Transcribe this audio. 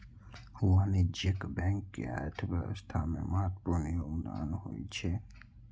वाणिज्यिक बैंक के अर्थव्यवस्था मे महत्वपूर्ण योगदान होइ छै